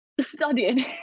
studying